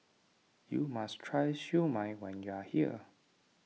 you must try Siew Mai when you are here